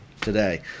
today